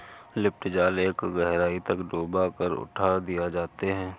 lift जाल एक गहराई तक डूबा कर उठा दिए जाते हैं